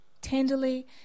tenderly